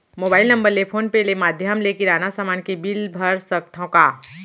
Mobile number ले phone पे ले माधयम ले किराना समान के बिल भर सकथव का?